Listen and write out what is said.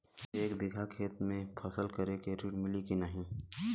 एक बिघा खेत मे धान के फसल करे के ऋण मिली की नाही?